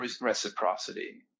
reciprocity